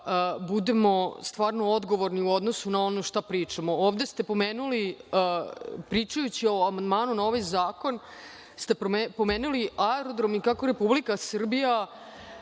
budemo stvarno odgovorni u odnosu na ono šta pričamo. Ovde ste pomenuli, pričajući o amandmanu na ovaj zakon, aerodrom i kako Republika Srbija